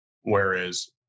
whereas